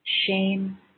shame